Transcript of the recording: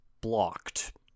blocked